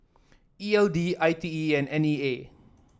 E L D I T E and N E A